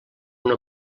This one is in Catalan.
una